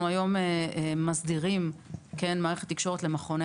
אנחנו מסדירים היום את מערכת התקשורת למכוני